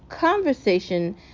Conversation